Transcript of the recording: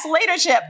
leadership